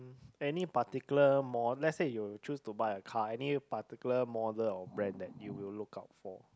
any particular mo~ let's say you choose to buy a car any particular model or brand that would you look out for